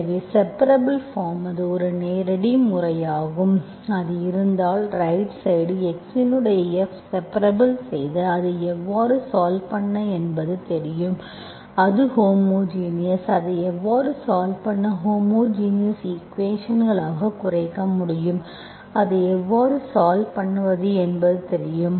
எனவே separable form அது ஒரு நேரடி முறையாகும் அது இருந்தால் ரைட் சைடு x இன் F செப்பிரபுல் செய்து அதை எவ்வாறு சால்வ் பண்ண என்பது தெரியும் அது ஹோமோஜினியஸ் அதை எவ்வாறு சால்வ் பண்ண ஹோமோஜினியஸ் ஈக்குவேஷன்களாகக் குறைக்க முடியும் அதை எவ்வாறு சால்வ் பண்ணுவது என்பது தெரியும்